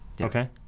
Okay